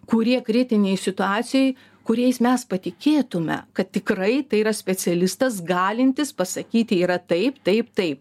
kurie kritinėj situacijoj kuriais mes patikėtume kad tikrai tai yra specialistas galintis pasakyti yra taip taip taip